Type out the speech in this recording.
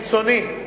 ברצוני,